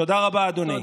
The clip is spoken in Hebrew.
תודה רבה, אדוני.